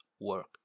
work